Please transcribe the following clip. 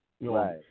Right